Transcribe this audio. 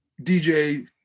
DJ